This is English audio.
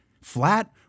flat